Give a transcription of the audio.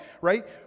right